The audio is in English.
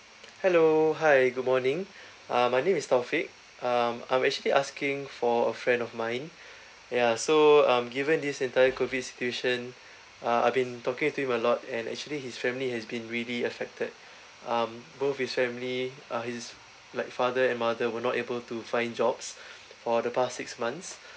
hello hi good morning uh my name is taufiq um I'm actually asking for a friend of mine yeah so um given this entire COVID situation uh I've been talking to him a lot and actually his family has been really affected um both his family uh his like father and mother were not able to find jobs for the past six months